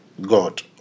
God